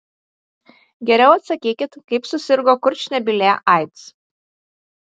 geriau atsakykit kaip susirgo kurčnebylė aids